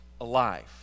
alive